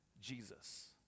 Jesus